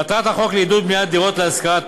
מטרת החוק לעידוד בניית דירות להשכרה,